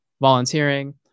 volunteering